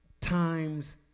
times